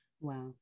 Wow